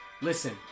Listen